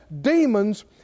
demons